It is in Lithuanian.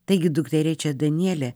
taigi dukterėčia danielė